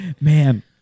Man